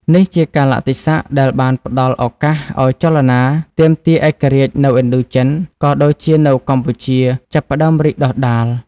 នេះជាកាលៈទេសៈដែលបានផ្តល់ឱកាសឱ្យចលនាទាមទារឯករាជ្យនៅឥណ្ឌូចិន ក៏ដូចជានៅកម្ពុជា ចាប់ផ្តើមរីកដុះដាល។